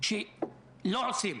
דברים שלא עושים.